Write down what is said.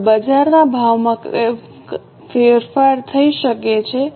હવે બજારના ભાવમાં ફેરફાર થઈ શકે છે